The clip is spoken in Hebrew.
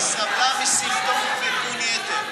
חבר הכנסת מיקי זוהר, יש לך שלוש דקות.